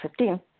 2015